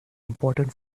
important